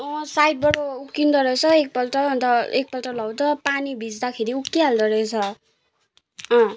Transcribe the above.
साइडबाट उप्किँदो रहेछ एकपल्ट अन्त एकपल्ट लगाउँदा पानी भिज्दाखेरि उप्किहाल्दो रहेछ अँ